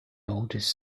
oldest